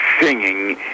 singing